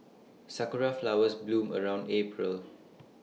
Sakura Flowers bloom around April